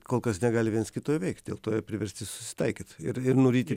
kol kas negali viens kito įveikt dėl to jie priversti susitaikyt ir ir nuryti